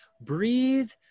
breathe